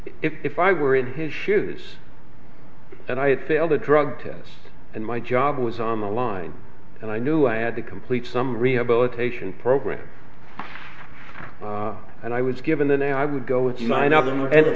if if i were in his shoes and i had failed a drug test and my job was on the line and i knew i had to complete some rehabilitation program and i was given the now i would go with